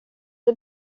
ser